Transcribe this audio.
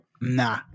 nah